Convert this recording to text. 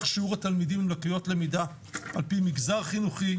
שיעור התלמידים עם לקויות למידה על פי מגזר חינוכי,